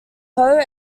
hoe